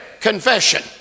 Confession